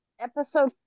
Episode